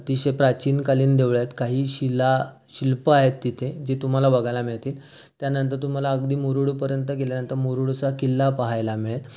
अतिशय प्राचीनकालीन देवळं आहेत काही शिलाशिल्पं आहेत तिथे जी तुम्हाला बघायला मिळतील त्यानंतर तुम्हाला अगदी मुरुडपर्यंत गेल्यानंतर मुरुडचा किल्ला पाहायला मिळेल